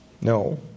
No